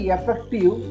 Effective